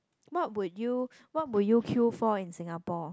what would you what would you queue for in Singapore